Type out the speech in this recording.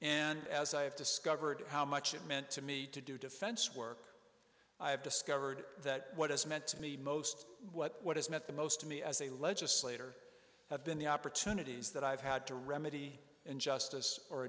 and as i have discovered how much it meant to me to do defense work i have discovered that what has meant to me most what what is meant the most to me as a legislator have been the opportunities that i've had to remedy in justice or